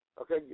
Okay